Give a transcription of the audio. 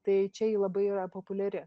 tai čia ji labai yra populiari